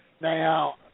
Now